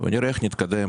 ונראה איך נתקדם.